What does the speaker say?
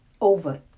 over